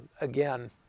Again